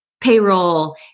payroll